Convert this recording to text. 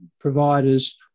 providers